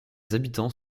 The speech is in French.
habitants